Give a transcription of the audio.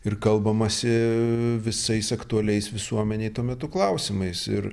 ir kalbamasi visais aktualiais visuomenei tuo metu klausimais ir